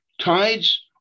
tides